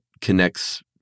connects